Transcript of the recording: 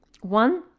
One